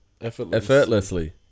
Effortlessly